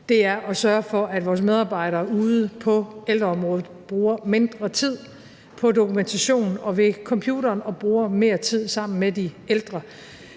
er at sørge for, at vores medarbejdere ude i ældresektoren bruger mindre tid på dokumentation og ved computeren og bruger mere tid sammen med de ældre.